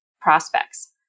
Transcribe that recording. prospects